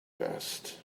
best